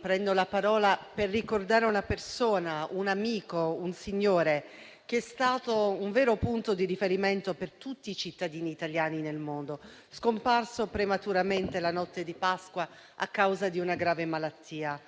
prendo la parola per ricordare una persona, un amico, un signore, che è stato un vero punto di riferimento per tutti i cittadini italiani nel mondo, scomparso prematuramente la notte di Pasqua a causa di una grave malattia.